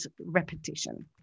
repetition